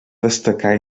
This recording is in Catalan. destacar